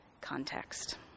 context